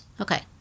Okay